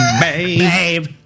Babe